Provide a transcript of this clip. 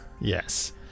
Yes